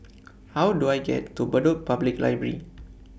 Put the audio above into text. How Do I get to Bedok Public Library